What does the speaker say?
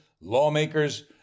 lawmakers